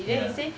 ya